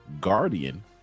Guardian